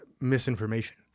misinformation